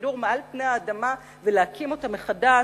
השידור מעל פני האדמה ולהקים אותה מחדש,